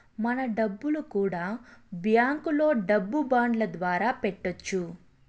మన డబ్బులు కూడా బ్యాంకులో డబ్బు బాండ్ల ద్వారా పెట్టొచ్చు